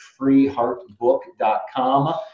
FreeHeartBook.com